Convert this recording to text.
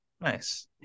Nice